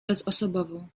bezosobową